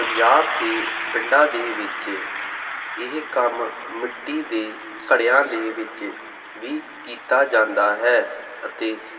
ਪੰਜਾਬ ਦੇ ਪਿੰਡਾਂ ਦੇ ਵਿੱਚ ਇਹ ਕੰਮ ਮਿੱਟੀ ਦੇ ਘੜਿਆਂ ਦੇ ਵਿੱਚ ਵੀ ਕੀਤਾ ਜਾਂਦਾ ਹੈ ਅਤੇ